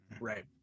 Right